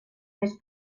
més